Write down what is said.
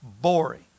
Boring